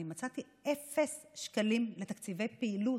אני מצאתי אפס שקלים לתקציבי פעילות.